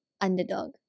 underdog